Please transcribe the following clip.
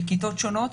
מכיתות שונות,